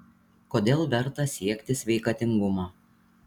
kodėl verta siekti sveikatingumo